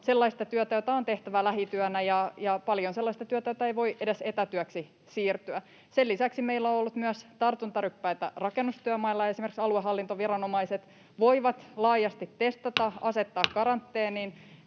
sellaista työtä, jota on tehtävä lähityönä, ja paljon sellaista työtä, jota ei voi etätyöksi edes siirtää. Sen lisäksi meillä ollut tartuntaryppäitä myös rakennustyömailla. Esimerkiksi aluehallintoviranomaiset voivat laajasti testata,